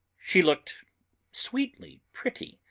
she looked sweetly pretty,